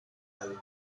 aves